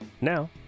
Now